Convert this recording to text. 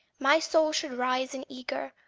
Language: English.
my soul should rise in eager,